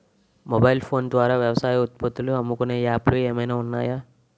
Mobile phone ద్వారా వ్యవసాయ ఉత్పత్తులు అమ్ముకునే యాప్ లు ఏమైనా ఉన్నాయా?